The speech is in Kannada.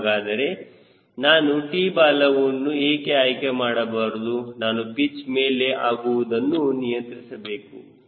ಹಾಗಾದರೆ ನಾನು T ಬಾಲವನ್ನು ಏಕೆ ಆಯ್ಕೆ ಮಾಡಬಾರದು ನಾನು ಪಿಚ್ ಮೇಲೆ ಆಗುವುದನ್ನು ನಿಯಂತ್ರಿಸಬಹುದು